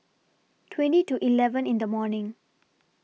twenty to eleven in The morning